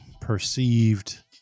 perceived